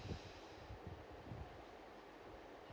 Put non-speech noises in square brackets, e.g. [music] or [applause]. [breath]